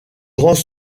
grands